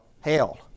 hell